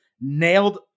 nailed